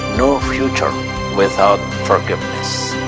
no future without forgiveness.